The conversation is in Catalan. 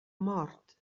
mort